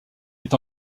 est